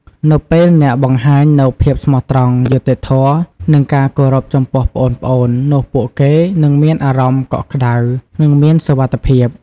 នៅពេលអ្នកបង្ហាញនូវភាពស្មោះត្រង់ យុត្តិធម៌ និងការគោរពចំពោះប្អូនៗ នោះពួកគេនឹងមានអារម្មណ៍កក់ក្ដៅ និងមានសុវត្ថិភាព ។